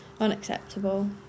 unacceptable